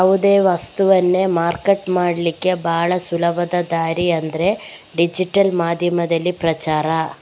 ಯಾವುದೇ ವಸ್ತವನ್ನ ಮಾರ್ಕೆಟ್ ಮಾಡ್ಲಿಕ್ಕೆ ಭಾಳ ಸುಲಭದ ದಾರಿ ಅಂದ್ರೆ ಡಿಜಿಟಲ್ ಮಾಧ್ಯಮದಲ್ಲಿ ಪ್ರಚಾರ